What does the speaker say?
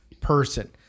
person